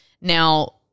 Now